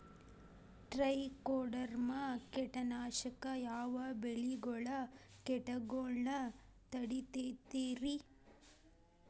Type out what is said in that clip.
Trichoderma ಕೇಟನಾಶಕ ಯಾವ ಬೆಳಿಗೊಳ ಕೇಟಗೊಳ್ನ ತಡಿತೇತಿರಿ?